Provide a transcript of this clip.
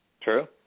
true